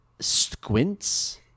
squints